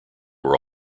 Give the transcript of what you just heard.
were